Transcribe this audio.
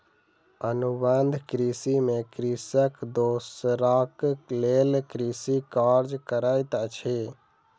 अनुबंध कृषि में कृषक दोसराक लेल कृषि कार्य करैत अछि